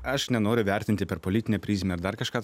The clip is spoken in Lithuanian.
aš nenoriu vertinti per politinę prizmę ar dar kažką